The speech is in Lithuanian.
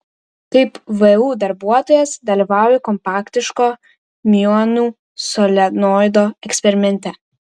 kaip vu darbuotojas dalyvauju kompaktiško miuonų solenoido eksperimente